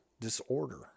disorder